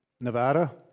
Nevada